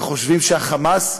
וחושבים שה"חמאס",